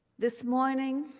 this morning,